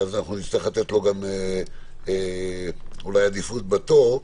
אז נצטרך לתת לו אולי עדיפות בתור.